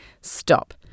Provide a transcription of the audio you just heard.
Stop